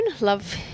Love